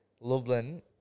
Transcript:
Lublin